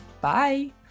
Bye